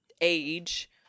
age